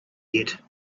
yet